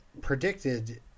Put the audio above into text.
predicted